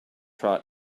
trot